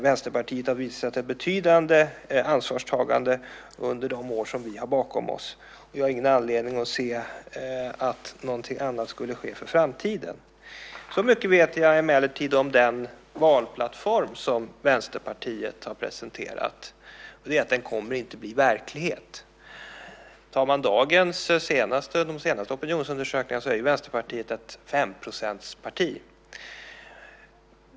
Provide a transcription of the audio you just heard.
Vänsterpartiet har visat ett betydande ansvarstagande under de år som vi har bakom oss, och jag har ingen anledning att se att någonting annat skulle ske inför framtiden. Så mycket vet jag emellertid om den valplattform som Vänsterpartiet har presenterat att den inte kommer att bli verklighet. Tar man de senaste opinionsundersökningarna så är ju Vänsterpartiet ett 5-procentsparti.